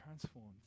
transformed